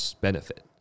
benefit